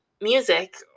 music